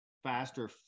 faster